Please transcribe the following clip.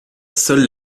seuls